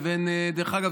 דרך אגב,